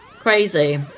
crazy